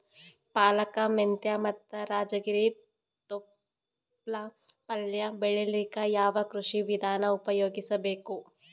ಪಾಲಕ, ಮೆಂತ್ಯ ಮತ್ತ ರಾಜಗಿರಿ ತೊಪ್ಲ ಪಲ್ಯ ಬೆಳಿಲಿಕ ಯಾವ ಕೃಷಿ ವಿಧಾನ ಉಪಯೋಗಿಸಿ ಬೇಕು?